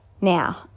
Now